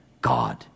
God